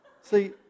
See